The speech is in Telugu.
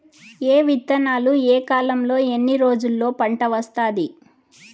ఏ విత్తనాలు ఏ కాలంలో ఎన్ని రోజుల్లో పంట వస్తాది?